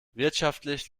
wirtschaftlich